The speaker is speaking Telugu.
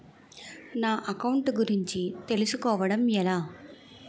నా అకౌంట్ గురించి తెలుసు కోవడం ఎలా?